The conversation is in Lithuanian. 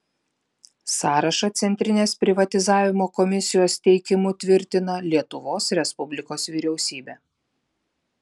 sąrašą centrinės privatizavimo komisijos teikimu tvirtina lietuvos respublikos vyriausybė